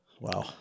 Wow